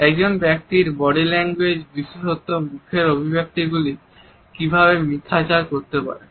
একজন ব্যক্তির body language বিশেষত্ব মুখের অভিব্যক্তি গুলি কিভাবে মিথ্যাচার করতে পারে